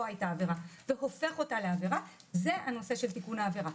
הייתה עבירה והופך אותה לעבירה זה נושא של תיקון העבירה.